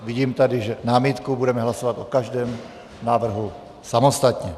Vidím tady námitku, budeme hlasovat o každém návrhu samostatně.